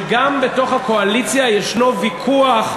שגם בתוך הקואליציה יש ויכוח,